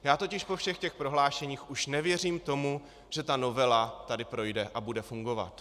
Já totiž po všech těch prohlášeních už nevěřím tomu, že ta novela tady projde a bude fungovat.